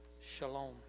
Shalom